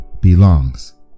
belongs